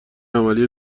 عملی